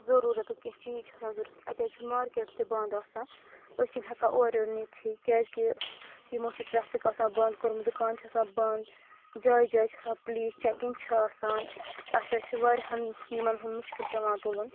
ضرورتُک کینٛہہ چیز چھِ آسان ضرورت اتہِ حظ چھُ مارکیٚٹ تہِ بنٛد آسان أسۍ چھِنہٕ ہیٚکان اور یور نیٖرتھٕے کیازِ کہِ یمو چھُ ٹریفِک آسان بنٛد کورمُت دُکان چھِ آسان بنٛد جایہِ جایہِ چھُ آسان پُلیس چیٚکنگ چھِ آسان اسہِ حظ چھُ واریاہن یمن ہُنٛد مشکِل پٮ۪وان تُلُن